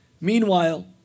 Meanwhile